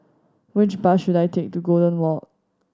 which bus should I take to Golden Walk